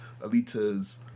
Alita's